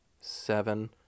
seven